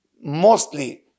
mostly